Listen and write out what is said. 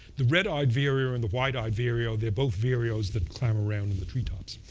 the red-eyed vireo and the white-eyed vireo, they're both vireos that clown around in the treetops.